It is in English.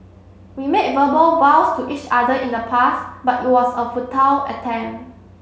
we made verbal vows to each other in the past but it was a futile attempt